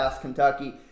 Kentucky